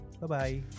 Bye-bye